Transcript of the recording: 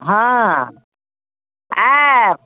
हाँ आयब